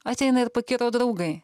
ateina ir pakiro draugai